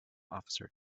officer